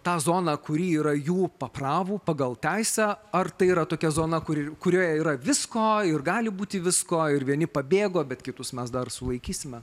tą zoną kuri yra jų papravu pagal teisę ar tai yra tokia zona kuri kurioje yra visko ir gali būti visko ir vieni pabėgo bet kitus mes dar sulaikysime